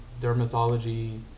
dermatology